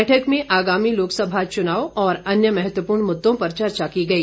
बैठक में आगामी लोकसभा चुनाव और अन्य महत्वपूर्ण मुददों पर चर्चा की गई